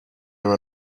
were